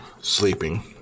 sleeping